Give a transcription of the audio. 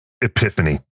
epiphany